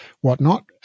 whatnot